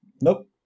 Nope